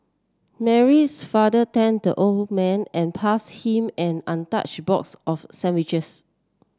Mary's father thanked the old man and pass him an untouched box of sandwiches